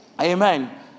Amen